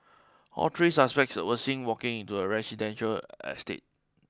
all tree suspects were seen walking into a residential estate